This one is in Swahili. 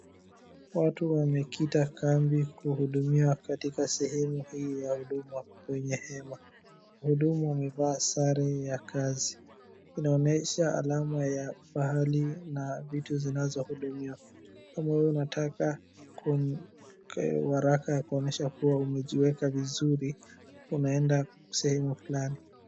Watu wamekita kambi kuhudumiwa katika sehemu hii ya huduma kwenye hema, wahudumu wamevaa sare ya kazi, inaonyesha alama ya mahali na vitu zinazohudumiwa, kama unataka waraka ya kuonyesha kuwa umejiweka vizuri unaenda sehemu fulani.